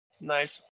Nice